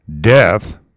death